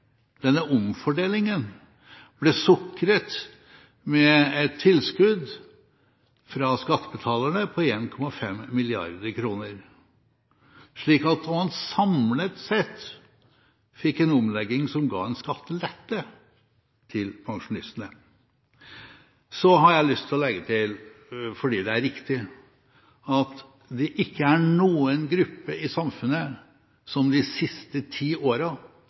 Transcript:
denne omfordelingen, ble sukret med et tilskudd fra skattebetalerne på 1,5 mrd. kr, slik at man samlet sett fikk en omlegging som ga en skattelette til pensjonistene. Så har jeg lyst til å legge til – fordi det er riktig – at det ikke er noen gruppe i samfunnet som de siste ti